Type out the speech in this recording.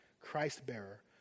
Christ-bearer